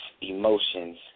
emotions